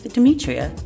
Demetria